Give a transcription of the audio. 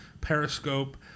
Periscope